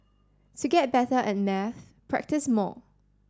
to get better at maths practise more